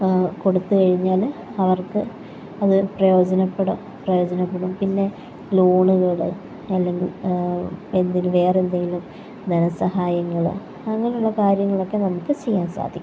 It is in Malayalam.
കൊടുത്തു കഴിഞ്ഞാൽ അവർക്ക് അത് പ്രയോജനപ്പെടാം പ്രയോജനപ്പെടും പിന്നെ ലോണുകൾ അല്ലെങ്കിൽ എന്തിന് വേറെ എന്തെങ്കിലും ധനസഹായങ്ങൾ അങ്ങനെയുള്ള കാര്യങ്ങളൊക്കെ നമുക്ക് ചെയ്യാൻ സാധിക്കും